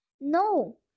No